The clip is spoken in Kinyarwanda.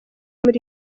muri